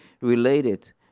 related